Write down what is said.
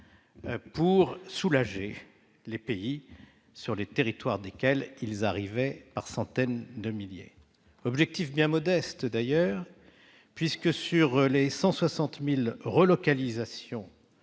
pour soulager les pays sur les territoires desquels ils arrivaient par centaines de milliers. L'objectif était d'ailleurs bien modeste, puisque, sur les 160 000 relocalisations